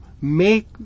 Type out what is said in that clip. make